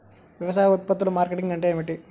వ్యవసాయ ఉత్పత్తుల మార్కెటింగ్ అంటే ఏమిటి?